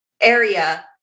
area